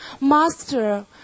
master